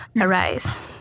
arise